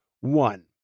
One